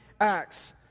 acts